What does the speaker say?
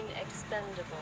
expendable